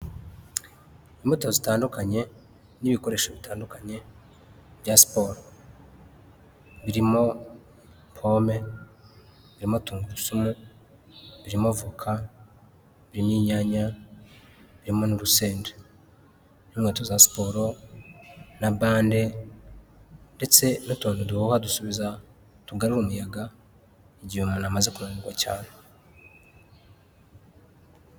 Imbuto zitandukanye n'ibikoresho bitandukanye bya siporo, birimo pome, birimo tungurusumu, birimo voka, birimo inyanya, birimo urusenda n'inkweto za siporo na bande ndetse n'utuntu duhuha dusubiza tugaru umuyaga igihe umuntu amaze kuanirwa cyane.